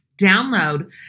download